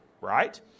right